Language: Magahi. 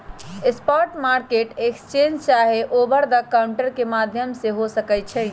स्पॉट मार्केट एक्सचेंज चाहे ओवर द काउंटर के माध्यम से हो सकइ छइ